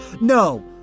No